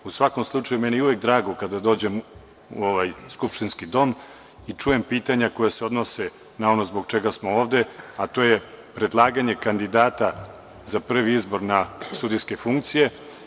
U svakom slučaju, meni je uvek drago kada dođem u ovaj skupštinski dom i čujem pitanja koja se odnose na ono zbog čega smo ovde, a to je predlaganje kandidata za prvi izbor na sudijske funkcije.